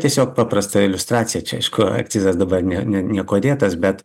tiesiog paprasta iliustracija čia aišku akcizas dabar ne ne niekuo dėtas bet